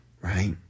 right